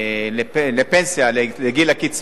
לפנסיה, לגיל הקצבה,